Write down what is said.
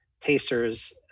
tasters